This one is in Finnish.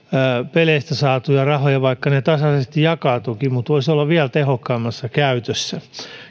peleistä saadut rahat vaikka ne tasaisesti jakaantuvatkin voisivat olla vielä tehokkaammassa käytössä